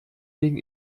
wegen